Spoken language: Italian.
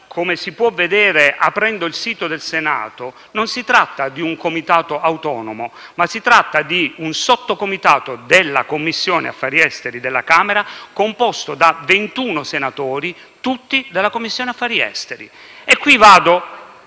come si può vedere aprendo il sito, non si tratta di un Comitato autonomo, ma si tratta di un sottocomitato della Commissione affari esteri della Camera, composto da 21 deputati tutti della Commissione affari esteri. Arrivo